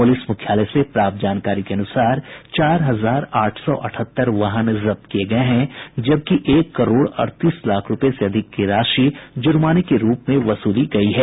police मुख्यालय से प्राप्त जानकारी के अनुसार चार हजार आठ सौ अठहत्तर वाहन जब्त किये गये हैं जबकि एक करोड़ अड़तीस लाख रूपये से अधिक की राशि जुर्माने के रूप में वसूली गयी है